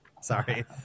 Sorry